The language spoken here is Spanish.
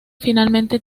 finalmente